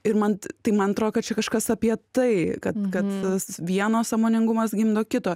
ir man tai man atrodo kad čia kažkas apie tai kad kad tas vieno sąmoningumas gimdo kito